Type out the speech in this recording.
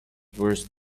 worse